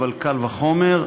אבל קל וחומר,